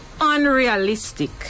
unrealistic